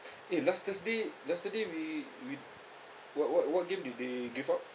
eh last thursday last th~ day we we what what what game did they give out